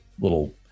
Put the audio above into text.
little